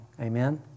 Amen